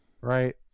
right